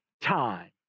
time